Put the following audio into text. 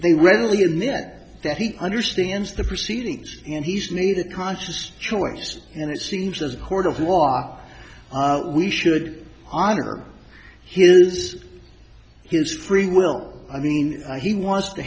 they readily admit that he understands the proceedings and he's made a conscious choice and it seems those court of law are we should honor his is his free will i mean he wants to